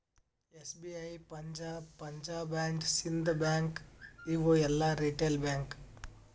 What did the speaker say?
SBI, Punjab, Punjab and Sind bank ಇವು ಎಲ್ಲಾ retail bank